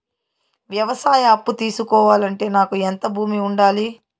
వ్యవసాయ అప్పు తీసుకోవాలంటే నాకు ఎంత భూమి ఉండాలి?